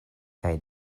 kaj